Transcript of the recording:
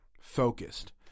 focused